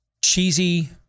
cheesy